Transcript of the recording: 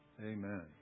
Amen